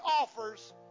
offers